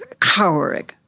cowering